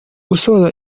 gusoza